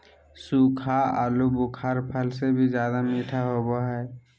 सूखा आलूबुखारा फल से भी ज्यादा मीठा होबो हइ